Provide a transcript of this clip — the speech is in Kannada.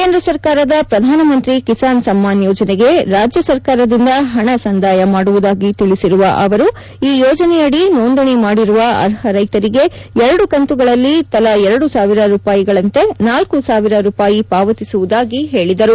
ಕೇಂದ್ರ ಸರ್ಕಾರದ ಪ್ರಧಾನಮಂತ್ರಿ ಕಿಸಾನ್ ಸಮ್ನಾನ್ ಯೋಜನೆಗೆ ರಾಜ್ಯ ಸರ್ಕಾರದಿಂದ ಹಣ ಸಂದಾಯ ಮಾಡುವುದಾಗಿ ತಿಳಿಸಿರುವ ಅವರು ಈ ಯೋಜನೆಯಡಿ ನೋಂದಣಿ ಮಾಡಿರುವ ಅರ್ಹ ರೈತರಿಗೆ ಎರಡು ಕಂತುಗಳಲ್ಲಿ ತಲಾ ಎರಡು ಸಾವಿರ ರೂಪಾಯಿಗಳಂತೆ ನಾಲ್ಕು ಸಾವಿರ ರೂಪಾಯಿ ಪಾವತಿಸುವುದಾಗಿ ಹೇಳಿದರು